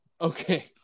Okay